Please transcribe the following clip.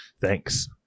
Thanks